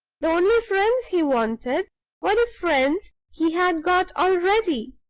the only friends he wanted were the friends he had got already.